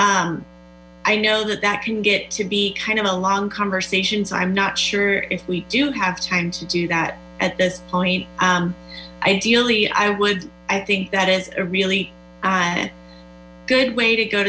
your i know that that can get to be kind of a long conversation so i'm not sure if we do have time to do that at this point ideally i would i think that is a really good way to go